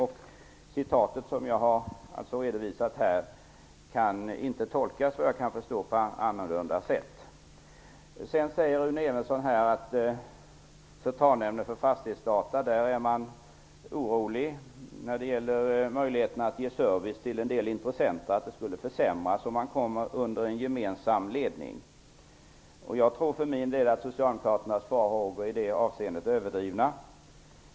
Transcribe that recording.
Citatet kan inte, såvitt jag förstår, tolkas på annat sätt. Sedan säger Rune Evensson att Centralnämnden för fastighetsdata är orolig när det gäller möjligheterna att ge service till en del intressenter. Man är orolig för att servicen skulle försämras om man kommer under en gemensam ledning. Jag tror för min del att socialdemokraternas farhågor i det avseendet är överdrivna.